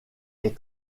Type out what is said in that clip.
est